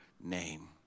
name